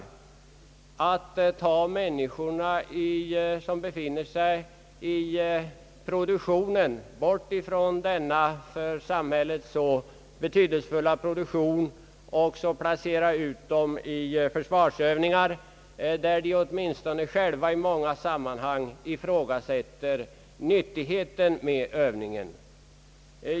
Man tar ju nu bort människor ur den för samhället så betydelsefulla produktionen och placerar dem i försvarsövningar, där de åtminstone själva många gånger ifrågasätter nyttan med övningen.